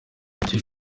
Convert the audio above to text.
ryo